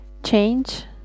Change